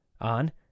on